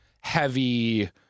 heavy